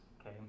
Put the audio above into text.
Okay